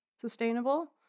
sustainable